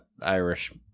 Irish